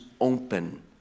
open